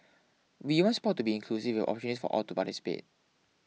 we want sport to be inclusive with opportunities for all to participate